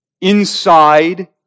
inside